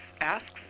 asks